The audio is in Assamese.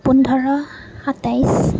পোন্ধৰ সাতাইছ